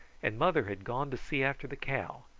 and mother had gone to see after the cow,